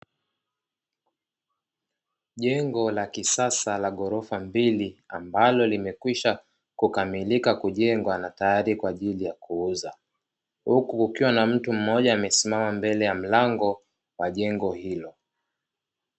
Jengo la kisasa la ghorofa mbili ambalo limekwisha kukamilika kujengwa na tayari kwa ajili ya kuuza. Huku kukiwa na mtu mmoja amesimama mbele ya mlango wa jengo hilo.